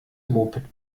moped